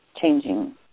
changing